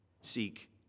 Seek